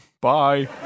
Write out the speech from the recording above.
Bye